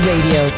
Radio